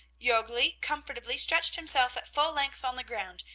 jorgli comfortably stretched himself at full length on the ground,